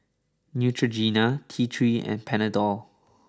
Neutrogena T Three and Panadol